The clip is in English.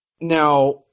Now